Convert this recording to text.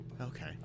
Okay